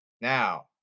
Now